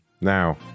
Now